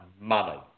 money